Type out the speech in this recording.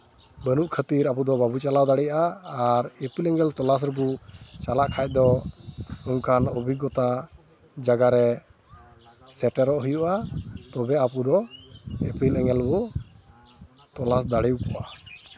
ᱵᱟᱹᱱᱩᱜ ᱠᱷᱟᱹᱛᱤᱨ ᱟᱵᱚ ᱫᱚ ᱵᱟᱵᱚ ᱪᱟᱞᱟᱣ ᱫᱟᱲᱮᱭᱟᱜᱼᱟ ᱟᱨ ᱤᱯᱤᱞ ᱮᱸᱜᱮᱞ ᱛᱚᱞᱟᱥ ᱨᱮᱵᱚ ᱪᱟᱞᱟᱜ ᱠᱷᱟᱱ ᱫᱚ ᱱᱚᱝᱠᱟᱱ ᱚᱵᱷᱤᱜᱚᱛᱟ ᱡᱟᱭᱜᱟ ᱨᱮ ᱥᱮᱴᱮᱨᱚᱜ ᱦᱩᱭᱩᱜᱼᱟ ᱛᱚᱵᱮ ᱟᱵᱚ ᱫᱚ ᱤᱯᱤᱞ ᱮᱸᱜᱮᱞ ᱵᱚ ᱛᱚᱞᱟᱥ ᱫᱟᱲᱮᱭᱟᱠᱚᱣᱟ